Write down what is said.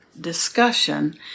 discussion